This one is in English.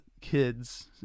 kids